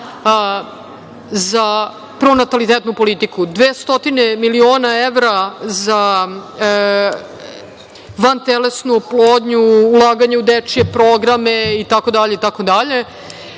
za pronatalitetnu politiku, dve stotine miliona evra za vantelesnu oplodnju, ulaganje u dečije programe itd.